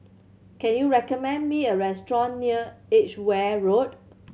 can you recommend me a restaurant near Edgware Road